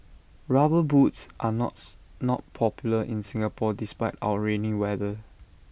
rubber boots are not popular in Singapore despite our rainy weather